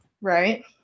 right